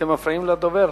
אתם מפריעים לדובר.